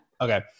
Okay